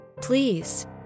Please